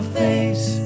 face